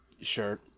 shirt